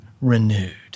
renewed